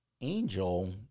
angel